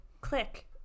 click